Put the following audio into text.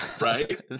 right